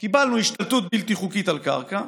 קיבלנו השתלטות בלתי חוקית על קרקע.